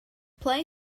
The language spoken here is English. play